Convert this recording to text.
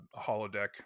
holodeck